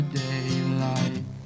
daylight